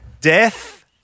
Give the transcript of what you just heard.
Death